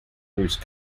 bruce